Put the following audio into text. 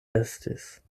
estis